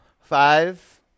Five